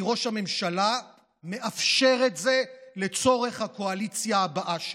כי ראש הממשלה מאפשר את זה לצורך הקואליציה הבאה שלו.